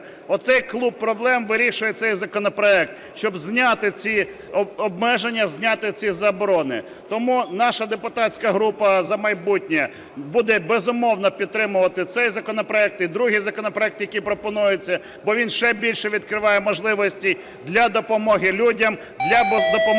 Оцей клуб проблем вирішує цей законопроект – щоб зняти ці обмеження, зняти ці заборони. Тому наша депутатська група "За майбутнє" буде, безумовно, підтримувати цей законопроект і другий законопроект, який пропонується, бо він ще більше відкриває можливості для допомоги людям, для допомоги